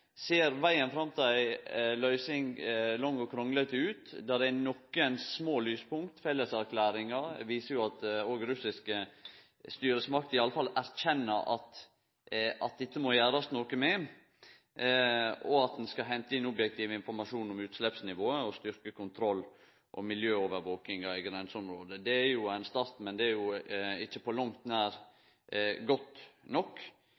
ser lang og krunglete ut, men det er nokre små lyspunkt. Felleserklæringa viser at òg russiske styresmakter iallfall erkjenner at dette må gjerast noko med, og at ein skal hente inn objektiv informasjon om utsleppsnivået og styrkje kontroll- og miljøovervakinga i grenseområdet. Det er jo ein start, men det er på langt nær godt nok.